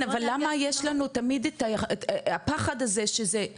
אבל למה יש לנו תמיד את הפחד הזה שזה,